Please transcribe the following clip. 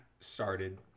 started